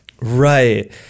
Right